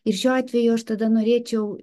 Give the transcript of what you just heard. ir šiuo atveju aš tada norėčiau